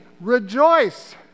Rejoice